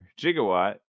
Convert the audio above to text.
gigawatt